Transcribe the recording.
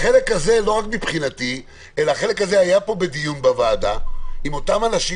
החלק הזה היה פה בדיון בוועדה עם אותם אנשים